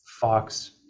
Fox